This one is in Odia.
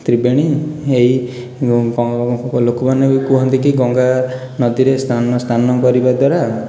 ତ୍ରିବେଣୀ ଏହି ଲୋକମାନେ କୁହନ୍ତି କି ଗଙ୍ଗା ନଦୀରେ ସ୍ନାନ ସ୍ନାନ କରିବା ଦ୍ୱାରା